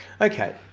okay